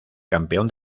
campeón